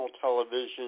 television